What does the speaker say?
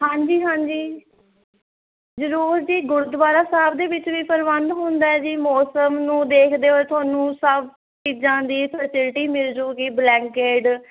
ਹਾਂਜੀ ਹਾਂਜੀ ਜ਼ਰੂਰ ਜੀ ਗੁਰਦੁਆਰਾ ਸਾਹਿਬ ਦੇ ਵਿੱਚ ਵੀ ਪ੍ਰਬੰਧ ਹੁੰਦਾ ਜੀ ਮੌਸਮ ਨੂੰ ਦੇਖਦੇ ਹੋਏ ਤੁਹਾਨੂੰ ਸਭ ਚੀਜ਼ਾਂ ਦੀ ਫੈਸਿਲਿਟੀ ਮਿਲ ਜੂਗੀ ਬਲੈਂਕਡ